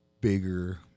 bigger